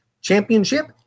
Championship